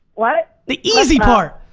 what? the easy part.